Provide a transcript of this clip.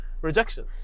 Rejection